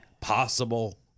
possible